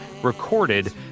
recorded